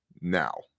now